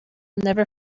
never